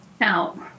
out